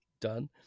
Done